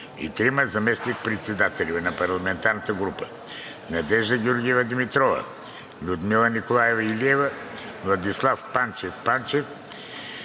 и трима заместник-председатели на парламентарната група – Надежда Георгиева Димитрова, Людмила Николаева Илиева, Владислав Панчев Панев.